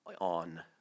on